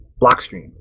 Blockstream